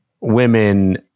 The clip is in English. women